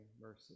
mercy